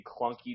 clunky